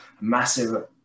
massive